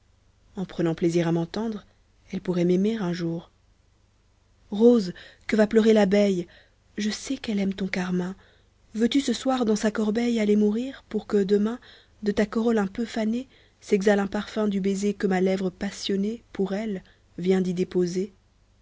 en prenant plaisir à m'entendre elle pourrait m'aimer un jour rose que va pleurer l'abeille je sais qu'elle aime ton carmin veux-tu ce soir dans sa corbeille aller mourir pour que demain de ta corolle un peu fanée s'exhale un parfum du baiser que ma lèvre passionnée pour elle vient d'y déposer